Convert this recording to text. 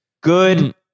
Good